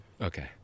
Okay